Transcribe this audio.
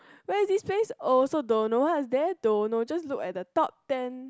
where is this place also don't know what is there don't know just look at the top ten